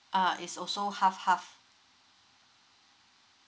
uh is also half half